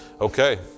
Okay